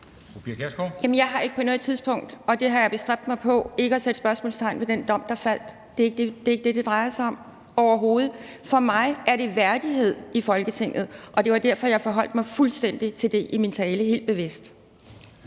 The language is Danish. Jeg har ikke på noget tidspunkt – og det har jeg bestræbt mig på – sat spørgsmålstegn ved den dom, der faldt. Det er ikke det, det drejer sig om, overhovedet. For mig er det værdighed i Folketinget, og det var derfor, jeg helt bevidst forholdt mig fuldstændig til det i min tale. Kl.